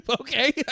Okay